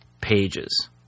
pages